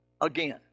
again